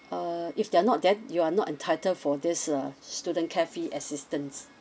uh if they are not then you are not entitle for this uh student care fee assistance